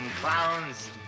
clowns